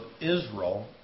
Israel